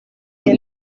gihe